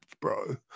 bro